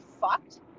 fucked